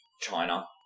China